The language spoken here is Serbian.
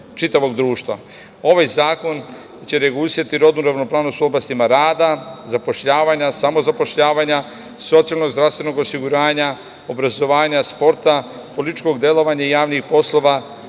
čitavog društva. Ovaj zakon će regulisati rodnu ravnopravnost u oblastima rada, zapošljavanja, samo zapošljavanja, socijalnog, zdravstvenog osiguranja, obrazovanja, sporta, političkog delovanja, javnih poslova,